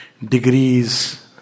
Degrees